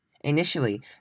Initially